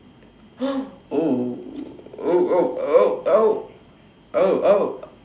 oh oh oh oh oh oh oh